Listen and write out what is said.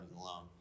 alone